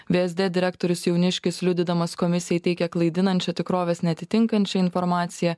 vsd direktorius jauniškis liudydamas komisijai teikė klaidinančią tikrovės neatitinkančią informaciją